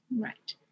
Right